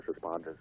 responders